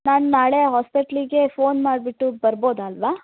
ನಾನು ನಾಳೆ ಹಾಸ್ಪೆಟ್ಲಿಗೆ ಫೋನ್ ಮಾಡ್ಬಿಟ್ಟು ಬರ್ಬೋದಲ್ಲವಾ